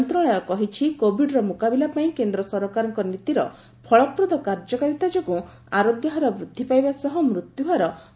ମନ୍ତ୍ରଣାଳୟ କହିଛି କୋବିଡ୍ର ମୁକାବିଲା ପାଇଁ କେନ୍ଦ୍ର ସରକାରଙ୍କ ନୀତିର ଫଳପ୍ରଦ କାର୍ଯ୍ୟକାରିତା ଯୋଗୁଁ ଆରୋଗ୍ୟହାର ବୃଦ୍ଧି ପାଇବା ସହ ମୃତ୍ୟୁହାର ହ୍ରାସ ପାଇବାରେ ଲାଗିଛି